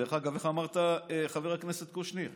דרך אגב, איך אמרת, חבר הכנסת קושניר?